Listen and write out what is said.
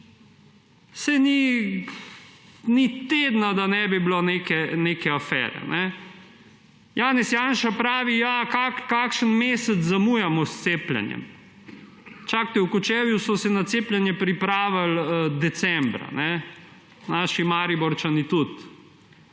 Saj ni tedna, da ne bi bilo neke afere. Janez Janša pravi, ja, kakšen mesec zamujamo s cepljenjem. Čakajte, v Kočevju so se na cepljenje pripravili decembra, naši Mariborčani tudi.